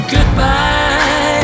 Goodbye